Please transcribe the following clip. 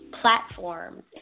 platforms